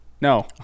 No